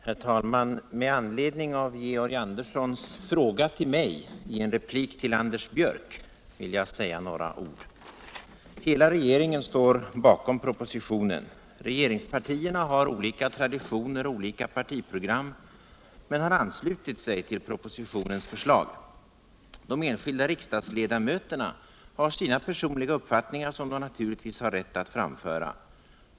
Herr talman! Med anledning av Georg Anderssons fråga till mig i en replik till Anders Björck vill jag säga några ord. Hela regeringen står bakom propositionen. Regeringsparticrna har olika traditioner och olika partiprogram men har anslutit sig till propositionens förslag. De enskilda riksdagsledamöterna har sina personliga uppfattningar som de naturligtvis har rätt att framföra.